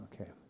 Okay